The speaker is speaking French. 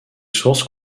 sources